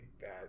bad